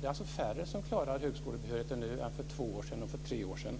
Det är alltså färre som klarar högskolebehörigheten nu än för två och tre år sedan.